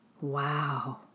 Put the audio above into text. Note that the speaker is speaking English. Wow